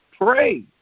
pray